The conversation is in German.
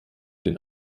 den